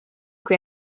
qui